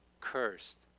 cursed